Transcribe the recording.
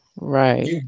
right